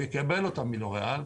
הוא יקבל אותה מלוריאל.